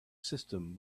system